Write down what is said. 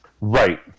Right